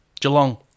Geelong